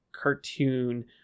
Cartoon